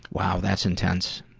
wow, that's intense.